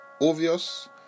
obvious